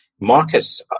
Marcus